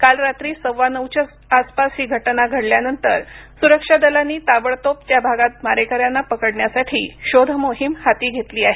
काल रात्री सव्वा नऊच्या आसपास ही घटना घडल्यानंतर सुरक्षा दलांनी ताबडतोब त्या भागात मारेकऱ्यांचा पकडण्यासाठी शोध मोहीम हाती घेतली आहे